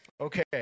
Okay